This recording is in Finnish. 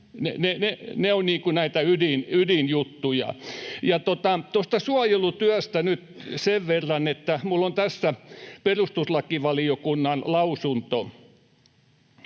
Ne ovat näitä ydinjuttuja. Suojelutyöstä nyt sen verran, että minulla on tässä perustuslakivaliokunnan lausunto: